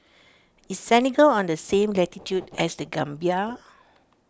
is Senegal on the same latitude as the Gambia